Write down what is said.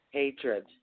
hatred